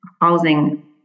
housing